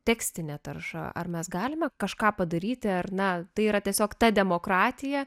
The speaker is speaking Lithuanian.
tekstinė tarša ar mes galime kažką padaryti ar na tai yra tiesiog ta demokratija